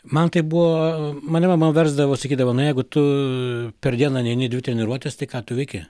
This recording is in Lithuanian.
man tai buvo mane mama versdavo sakydavo na jeigu tu per dieną neini į dvi treniruotes tai ką tu veiki